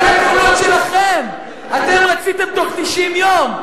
אלה התכונות שלכם, אתם רציתם, בתוך 90 יום.